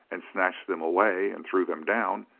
and snatched them away and threw them down,